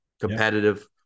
Competitive